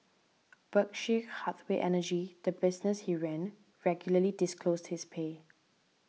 Berkshire Hathaway Energy the business he ran regularly disclosed his pay